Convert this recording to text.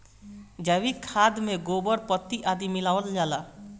जैविक खाद में गोबर, पत्ती आदि मिलावल जाला